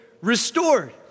Restored